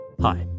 Hi